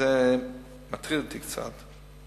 וזה מטריד אותי קצת,